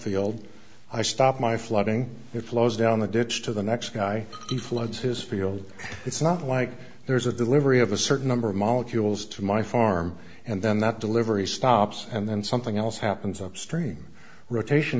field i stop my flooding it flows down the ditch to the next guy he floods his field it's not like there's a delivery of a certain number of molecules to my farm and then that delivery stops and then something else happens upstream rotation